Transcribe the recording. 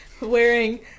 wearing